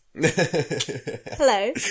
Hello